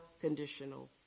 conditional